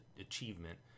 achievement